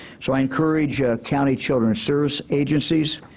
so i encourage county childrens services agencies,